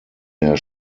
der